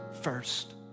first